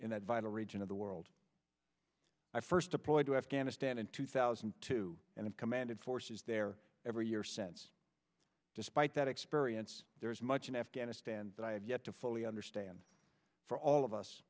in that vital region of the world i first deployed to afghanistan in two thousand and two and have commanded forces there every year since despite that experience there is much in afghanistan that i have yet to fully understand for all of us